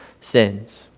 sins